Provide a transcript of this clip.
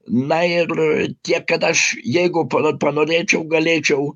na ir tiek kad aš jeigu pa panorėčiau galėčiau